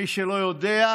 מי שלא יודע,